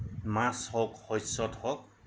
মাছ হওক শস্যত হওক